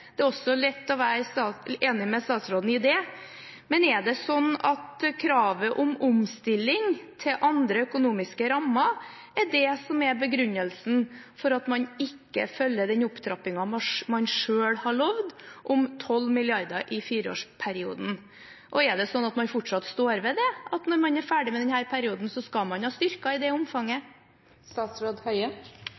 Det er også lett å være enig med statsråden i det. Men er det sånn at kravet om omstilling til andre økonomiske rammer er det som er begrunnelsen for at man ikke følger den opptrappingen man selv har lovet, om 12 mrd. kr i fireårsperioden? Er det sånn at man fortsatt står ved at når man er ferdig med denne perioden, skal man ha styrket dette i det omfanget?